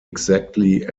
exactly